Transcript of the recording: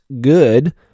good